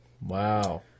Wow